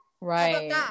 Right